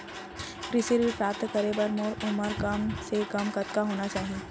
कृषि ऋण प्राप्त करे बर मोर उमर कम से कम कतका होना चाहि?